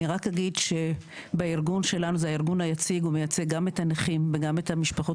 אני רק אגיד שבארגון היציג הוא מייצג גם את הנכים וגם את המשפחות